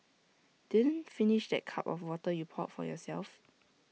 didn't finish that cup of water you poured for yourself